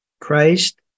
Christ